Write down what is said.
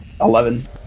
Eleven